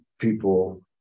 people